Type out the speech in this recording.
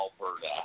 Alberta